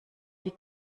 die